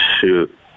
Shoot